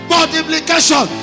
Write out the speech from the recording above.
Multiplication